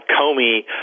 Comey